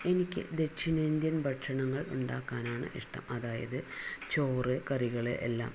എനിക്ക് ദക്ഷിണേന്ത്യൻ ഭക്ഷണങ്ങൾ ഉണ്ടാക്കാനാണ് ഇഷ്ട്ടം അതായത് ചോറ് കറികള് എല്ലാം